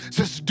Says